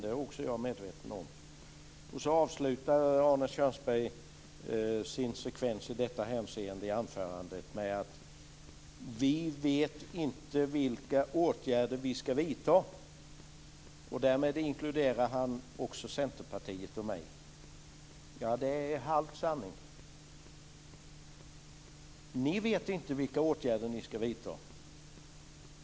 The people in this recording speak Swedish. Det är också jag medveten om. Arne Kjörnsberg avslutar sin sekvens i anförandet i detta hänseende med att säga: Vi vet inte vilka åtgärder vi ska vidta. Därmed inkluderar han också Centerpartiet och mig. Det är en halv sanning. Ni vet inte vilka åtgärder ni ska vidta.